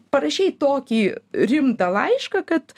parašei tokį rimtą laišką kad